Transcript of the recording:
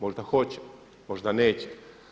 Možda hoće, možda neće.